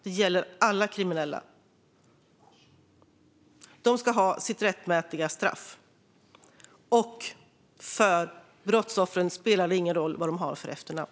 Det gäller alla kriminella. De ska ha sitt rättmätiga straff, och för brottsoffren spelar det ingen roll vad de har för efternamn.